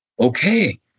Okay